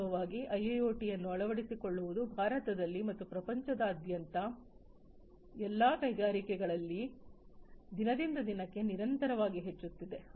ವಾಸ್ತವವಾಗಿ ಐಐಒಟಿಯನ್ನು ಅಳವಡಿಸಿಕೊಳ್ಳುವುದು ಭಾರತದಲ್ಲಿ ಮತ್ತು ಪ್ರಪಂಚದಾದ್ಯಂತದ ಎಲ್ಲಾ ಕೈಗಾರಿಕೆಗಳಲ್ಲಿ ದಿನದಿಂದ ದಿನಕ್ಕೆ ನಿರಂತರವಾಗಿ ಹೆಚ್ಚುತ್ತಿದೆ